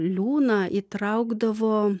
liūną įtraukdavo